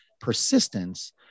persistence